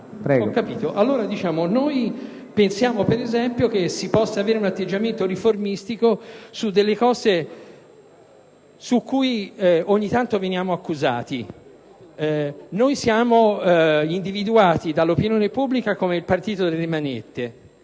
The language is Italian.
Noi pensiamo, ad esempio, che si possa avere un atteggiamento riformistico su aspetti di cui ogni tanto si viene accusati. Siamo individuati dall'opinione pubblica come il partito delle manette: